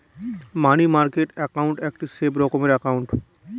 মানি market account একটি safe রকমের account